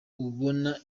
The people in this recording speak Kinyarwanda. abona